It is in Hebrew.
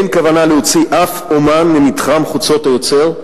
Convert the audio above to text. אין כוונה להוציא אף אמן ממתחם "חוצות היוצר"